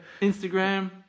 Instagram